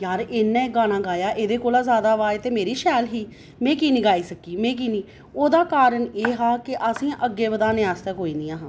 यार इ'न्नै गाना एह्दे कोला जैदा अवाज ते मेरी शैल ही में की नीं गाई सकी ओह्दा कारण एह् हा कि असें अग्गै बधाने आस्तै कोई नीं ऐ हा